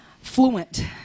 fluent